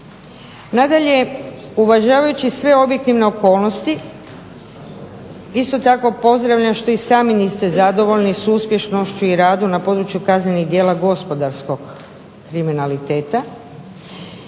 Nadalje, uvažavajući sve objektivne okolnosti isto tako pozdravljam što i sami niste zadovoljni su uspješnošću i radu na području kaznenog djela gospodarskog kriminaliteta.